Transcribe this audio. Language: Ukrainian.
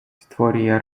створює